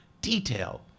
detail